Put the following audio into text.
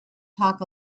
talk